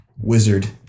Wizard